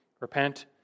Repent